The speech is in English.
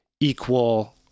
equal